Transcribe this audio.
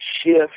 shift